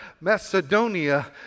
Macedonia